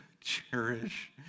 cherish